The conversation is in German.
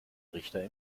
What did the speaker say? richter